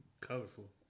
Colorful